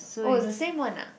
oh it's the same one ah